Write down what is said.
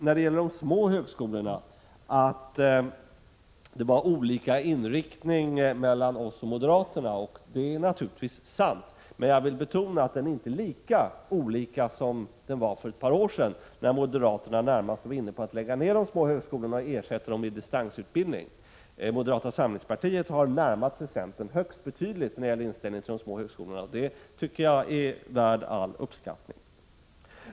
När det gäller de små högskolorna sade Barbro Nilsson att vi och moderaterna hade olika inriktning. Det är naturligtvis sant, men jag vill betona att den skillnaden inte är lika stor som den var för ett par år sedan, när moderaterna närmast ville lägga ned de små högskolorna och i stället satsa på distansutbildning. Moderaterna har närmat sig centern högst betydligt, och det tycker jag är värt all uppskattning.